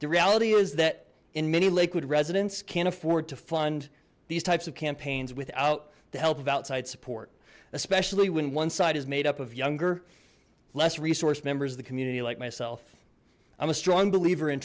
the reality is that in many lakewood residents can't afford to fund these types of campaigns without the help of outside support especially when one side is made up of younger less resource members of the community like myself i'm a strong believer in